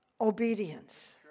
obedience